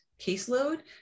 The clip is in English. caseload